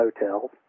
hotels